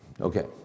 Okay